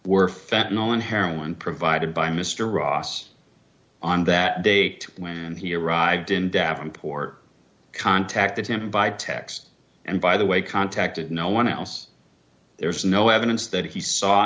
nolen heroin provided by mr ross on that date when he arrived in davenport contacted him by text and by the way contacted no one else there is no evidence that he saw